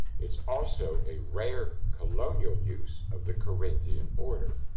it's also a rare colonial use of the corinthian order.